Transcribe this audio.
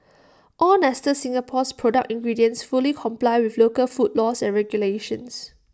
all nestle Singapore's product ingredients fully comply with local food laws and regulations